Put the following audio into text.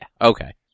okay